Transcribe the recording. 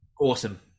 Awesome